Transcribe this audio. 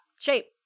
Shape